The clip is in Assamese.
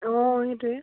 অঁ সেইটোৱে